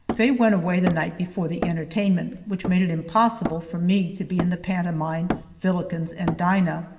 faye went away the night before the entertainment, which made it impossible for me to be in the pantomime villikens and dinah,